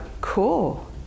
cool